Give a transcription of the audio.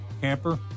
camper